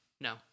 No